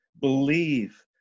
believe